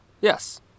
Yes